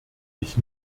ich